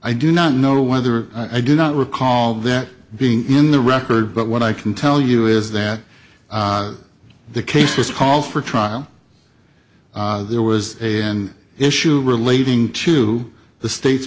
i do not know whether i do not recall that being in the record but what i can tell you is that the cases call for trial there was a an issue relating to the states